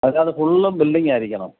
അതായത് ഫുള്ളും ബില്ഡിങ്ങ് ആയിരിക്കണം